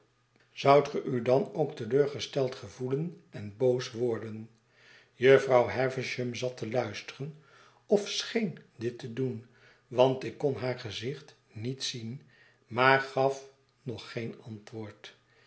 zoudt ge u dan ook teleurgesteld gevoelen en boos worden jufvrouw havisham zatte luisteren of scheen dit te doen want ik kon haar gezicht niet zien maar gaf nog geen antwoord